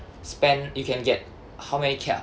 spend you can get how many ca~